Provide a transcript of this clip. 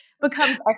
becomes